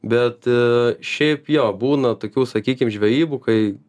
bet šiaip jo būna tokių sakykim žvejybų kai